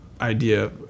idea